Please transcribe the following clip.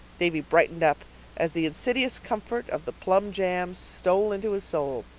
davy brightened up as the insidious comfort of the plum jam stole into his soul.